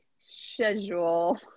schedule